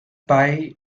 pie